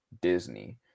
Disney